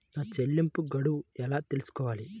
నా చెల్లింపు గడువు ఎలా తెలుసుకోవాలి?